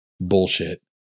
bullshit